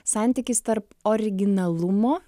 santykis tarp originalumo